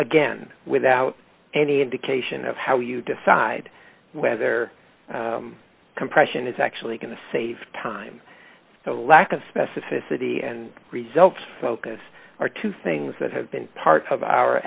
again without any indication of how you decide whether compression is actually going to save time the lack of specificity and results focus are two things that have been part of our